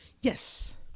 yes